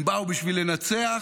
הם באו בשביל לנצח,